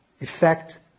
effect